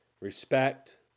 respect